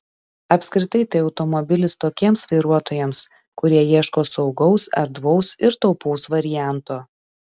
apskritai tai automobilis tokiems vairuotojams kurie ieško saugaus erdvaus ir taupaus varianto